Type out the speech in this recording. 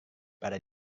pada